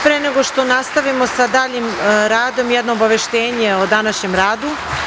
Pre nego što nastavimo sa daljim radom, jedno obaveštenje o današnjem radu.